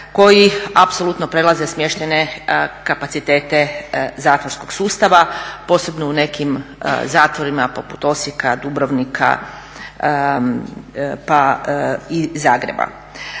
koji apsolutno prelaze smještajne kapacitete zatvorskog sustava posebno u nekim zatvorima poput Osijeka, Dubrovnika pa i Zagreba.